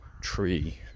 tree